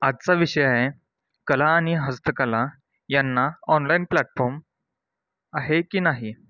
आजचा विषय आहे कला आणि हस्तकला यांना ऑनलाईन प्लॅटफॉम आहे की नाही